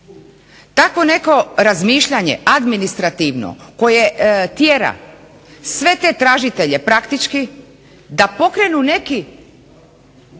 Tako neko razmišljanje administrativno koje tjera sve te tražitelje praktički da pokrenu neku